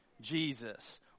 Jesus